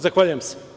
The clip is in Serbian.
Zahvaljujem se.